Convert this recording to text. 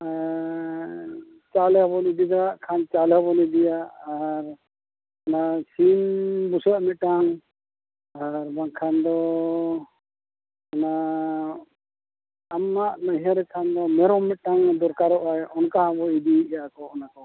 ᱪᱟᱣᱞᱮ ᱦᱚᱸ ᱵᱚᱱ ᱤᱫᱤ ᱫᱟᱲᱮᱭᱟᱜ ᱠᱷᱟᱱ ᱪᱟᱣᱞᱮ ᱦᱚᱸ ᱵᱚᱱ ᱤᱫᱤᱭᱟ ᱟᱨ ᱚᱱᱟ ᱥᱤᱢ ᱵᱩᱥᱟᱹᱜ ᱢᱤᱫᱴᱟᱱ ᱟᱨ ᱵᱟᱝᱠᱷᱟᱱ ᱫᱚ ᱚᱱᱟ ᱟᱢᱟᱜ ᱱᱟᱹᱭᱦᱟᱹᱨ ᱨᱮᱠᱷᱟᱱ ᱫᱚ ᱢᱮᱨᱚᱢ ᱢᱤᱫᱴᱟᱝ ᱫᱚᱨᱠᱟᱨᱚᱜᱼᱟ ᱚᱱᱠᱟ ᱦᱚᱸᱵᱚ ᱤᱫᱤᱭᱮᱫᱼᱟ ᱠᱚ ᱚᱱᱟ ᱠᱚ